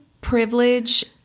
privilege